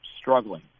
struggling